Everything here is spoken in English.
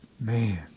man